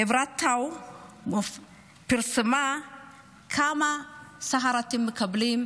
חברת טאוב פרסמה כמה שכר אתם מקבלים,